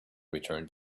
returned